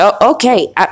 Okay